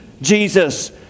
Jesus